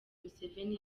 museveni